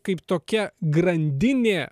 kaip tokia grandinė